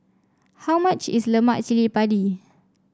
how much is Lemak Cili Padi